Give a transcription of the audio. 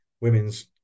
women's